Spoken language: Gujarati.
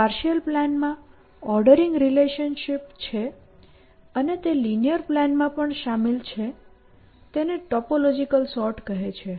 જો પાર્શિઅલ પ્લાનમાં ઓર્ડરિંગ રિલેશનશિપ છે અને તે લિનીઅર પ્લાન માં પણ શામિલ છે તેને ટોપોલોજીકલ સોર્ટ કહે છે